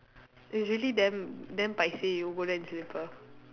it's really damn damn paiseh you go there in slipper